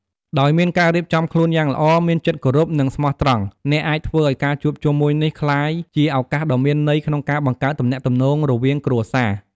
ដោយមានការរៀបចំខ្លួនយ៉ាងល្អ មានចិត្តគោរព និងស្មោះត្រង់ អ្នកអាចធ្វើឲ្យការជួបជុំមួយនេះក្លាយជាឱកាសដ៏មានន័យក្នុងការបង្កើតទំនាក់ទំនងរវាងគ្រួសារ។